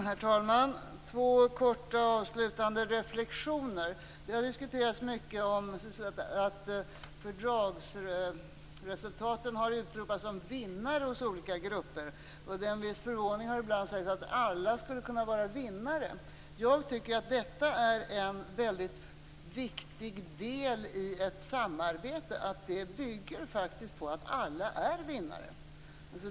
Herr talman! Två korta, avslutande reflexioner: Det har diskuterats mycket om att fördragsresultaten har utropats som vinnare hos olika grupper. Det är med viss förvåning man ibland har sagt att alla skulle kunna vara vinnare. Jag tycker att en väldigt viktig del i ett samarbete är att det faktiskt bygger på att alla är vinnare.